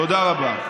תודה רבה.